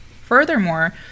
Furthermore